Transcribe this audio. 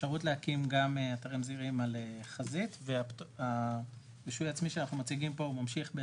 אפשרות להקים גם אתרים זעירים על חזית ומה שאנחנו מציגים פה ממשיך,